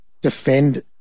defend